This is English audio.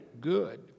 good